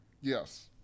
Yes